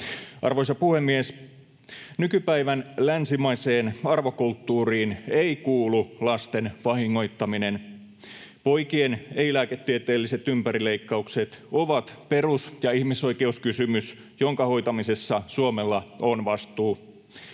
Arvoisa puhemies! Nykypäivän länsimaiseen arvokulttuuriin ei kuulu lasten vahingoittaminen. Poikien ei-lääketieteelliset ympärileikkaukset ovat perus- ja ihmisoikeuskysymys, jonka hoitamisessa Suomella on vastuu.